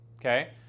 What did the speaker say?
okay